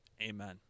Amen